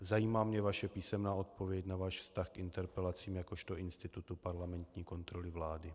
Zajímá mě vaše písemná odpověď na váš vztah k interpelacím jakožto institutu parlamentní kontroly vlády.